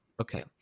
Okay